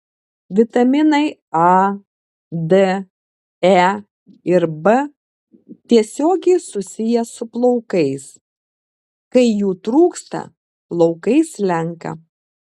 vitaminai a d e ir b tiesiogiai susiję su plaukais kai jų trūksta plaukai slenka